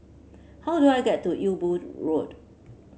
how do I get to Ewe Boon Road